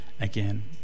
again